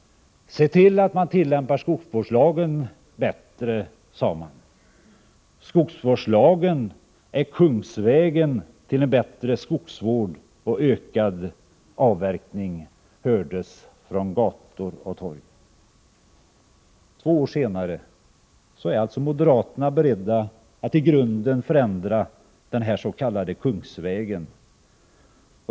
Se till att skogsvårdslagen tillämpas bättre, sades det. Skogsvårdslagen är kungsvägen till en bättre skogsvård och ökad avverkning, hördes det från gator och torg. Två år senare är alltså moderaterna beredda att i grunden förändra den här s.k. kungsvägen.